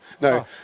No